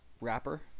wrapper